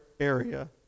Area